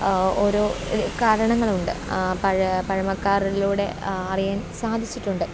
ഓരോ കാരണങ്ങളുണ്ട് പഴമക്കാറിലൂടെ അറിയാൻ സാധിച്ചിട്ടുണ്ട്